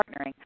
partnering